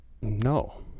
No